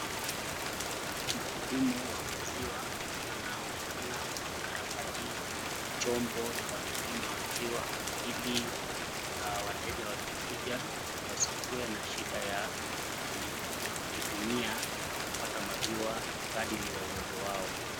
Mhudumu wa maziwa anaonekana akikarabati chombo cha kupima maziwa ili wateja wakikuja wasikuwe na shida ya ukitumia na kupata maziwa kadili ya uwezo wao.